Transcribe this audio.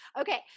Okay